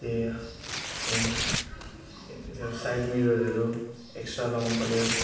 आझै त्यो त्यो साइड मिररहरू एक्स्ट्रा लगाउनु पऱ्यो